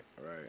Right